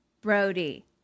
Brody